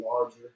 larger